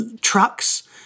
trucks